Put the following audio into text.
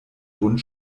bund